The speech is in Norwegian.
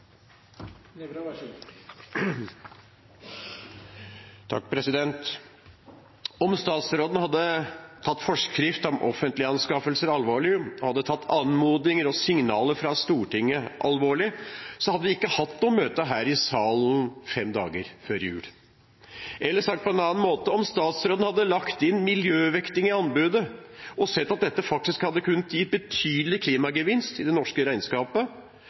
tatt anmodninger og signaler fra Stortinget alvorlig, hadde vi ikke hatt noe møte her i salen fem dager før jul. Eller sagt på en annen måte: Om statsråden hadde lagt inn miljøvekting i anbudet og sett at dette faktisk hadde kunnet gi betydelig klimagevinst i det norske regnskapet,